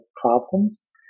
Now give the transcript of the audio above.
problems